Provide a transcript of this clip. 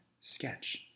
sketch